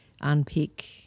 unpick